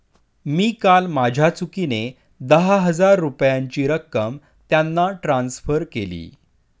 मी काल माझ्या चुकीने दहा हजार रुपयांची रक्कम त्यांना ट्रान्सफर केली